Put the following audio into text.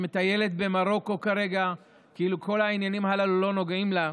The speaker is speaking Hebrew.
שמטיילת במרוקו כרגע כאילו כל העניינים הללו לא נוגעים לה,